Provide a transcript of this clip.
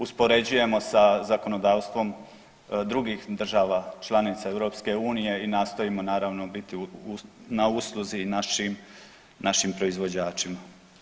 Uspoređujemo sa zakonodavstvom drugih država članica EU i nastojimo naravno biti na usluzi našim, našim proizvođačima.